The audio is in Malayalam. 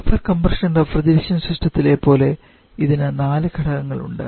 വേപ്പർ കംപ്രഷൻ റഫ്രിജറേഷൻ സിസ്റ്റത്തിലെ പോലെ ഇതിന് നാല് ഘടകങ്ങളുണ്ട്